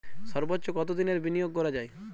সর্বোচ্চ কতোদিনের বিনিয়োগ করা যায়?